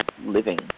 living